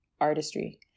artistry